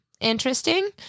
interesting